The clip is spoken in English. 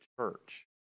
church